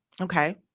Okay